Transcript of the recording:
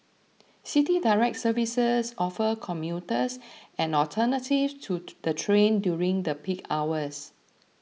City Direct services offer commuters an alternative to the train during the peak hours